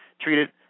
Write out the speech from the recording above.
treated